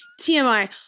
TMI